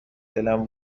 دلم